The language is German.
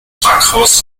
backhaus